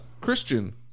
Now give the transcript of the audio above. Christian